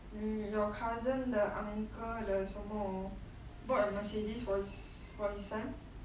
你 you cousin 的 uncle 的什么 bought a Mercedes for his for his son